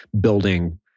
building